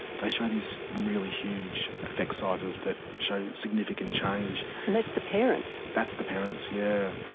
they show these really huge effect sizes that show significant change. and that's the parents? that's the parents, yeah.